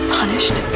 punished